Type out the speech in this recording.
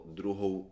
druhou